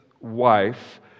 wife